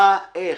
מה ואיך.